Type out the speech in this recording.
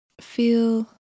feel